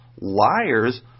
liars